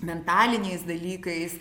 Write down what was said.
mentaliniais dalykais